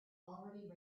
already